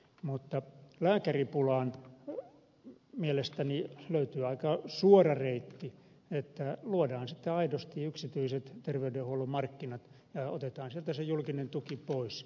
mutta lääkäripulaan mielestäni löytyy aika suora reitti että luodaan sitten aidosti yksityiset terveydenhuollon markkinat ja otetaan sieltä se julkinen tuki pois